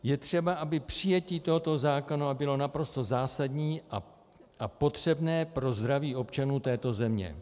Je třeba, aby přijetí tohoto zákona bylo naprosto zásadní a potřebné pro zdraví občanů této země.